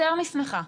יותר משמחה,